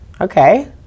okay